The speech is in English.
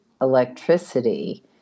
electricity